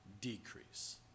decrease